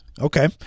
okay